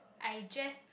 I just